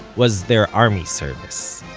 was their army service.